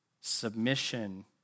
submission